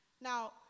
Now